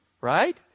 right